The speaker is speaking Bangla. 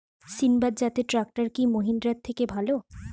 সিণবাদ জাতের ট্রাকটার কি মহিন্দ্রার থেকে ভালো?